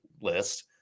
list